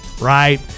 Right